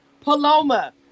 Paloma